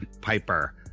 Piper